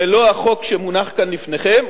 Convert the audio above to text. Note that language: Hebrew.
ללא החוק שמונח כאן לפניכם,